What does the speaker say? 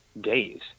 days